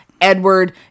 Edward